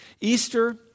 Easter